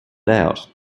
out